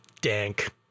dank